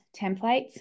templates